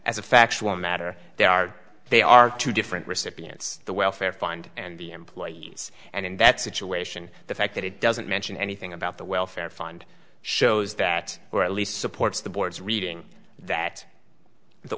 factual matter they are they are two different recipients the welfare fund and the employees and in that situation the fact that it doesn't mention anything about the welfare fund shows that or at least supports the board's reading that the